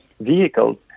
vehicles